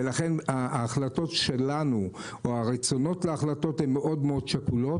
ולכן ההחלטות שלנו או הרצונות להחלטות הן מאוד שקולות,